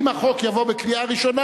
אדוני היושב-ראש,